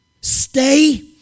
stay